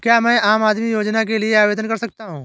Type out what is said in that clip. क्या मैं आम आदमी योजना के लिए आवेदन कर सकता हूँ?